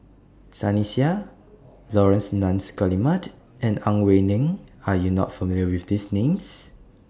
Sunny Sia Laurence Nunns Guillemard and Ang Wei Neng Are YOU not familiar with These Names